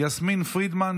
יסמין פרידמן,